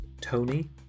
Tony